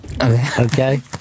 Okay